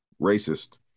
Racist